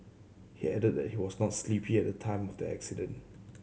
he added that he was not sleepy at the time of the accident